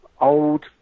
old